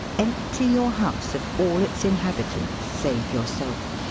empty your house of all its inhabitants save yourself.